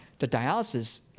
the dialysis,